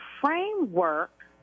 framework